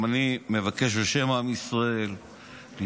גם אני מבקש בשם עם ישראל להשתתף